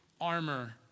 armor